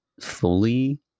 fully